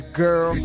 girl